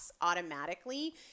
automatically